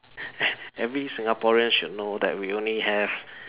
every Singaporean should know that we only have